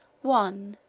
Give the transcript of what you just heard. one.